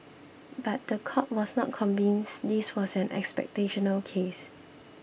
but the court was not convinced this was an expectational case